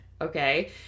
okay